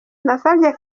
nasabye